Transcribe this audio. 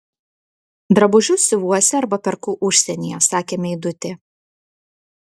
drabužius siuvuosi arba perku užsienyje sakė meidutė